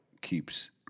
keeps